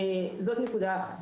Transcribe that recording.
זאת נקודה אחת.